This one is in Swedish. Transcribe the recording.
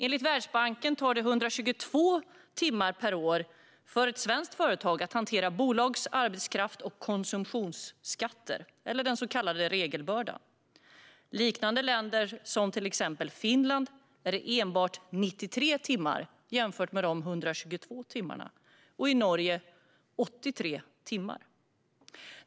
Enligt Världsbanken tar det 122 timmar per år för ett svenskt företag att hantera bolags, arbetskrafts och konsumtionsskatter, den så kallade regelbördan. I liknande länder, till exempel Finland, är det enbart 93 timmar jämfört med de 122 timmarna. I Norge är det 83 timmar.